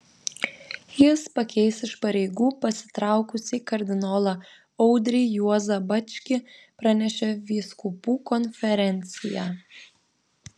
jis pakeis iš pareigų pasitraukusį kardinolą audrį juozą bačkį pranešė vyskupų konferencija